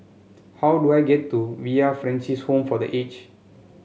how do I get to Villa Francis Home for The Aged